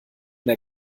der